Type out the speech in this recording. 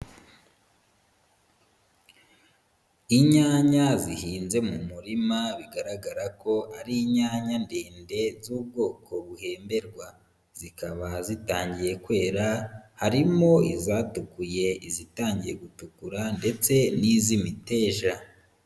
Inyanya zihinze mu murima bigaragara ko ari inyanya ndende z'ubwoko buhemberwa, zikaba zitangiye kwera, harimo izatukuye izitangiye gutukura ndetse n'iz'imiteja.